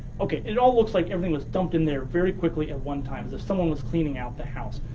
okay, it all looks like everything was dumped in there very quickly at one time, as if someone was cleaning out the house.